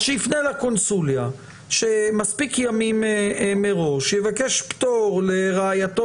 אז שיפנה לקונסוליה מספיק ימים מראש ויבקש פטור לרעייתו